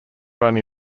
only